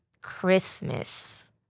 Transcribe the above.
Christmas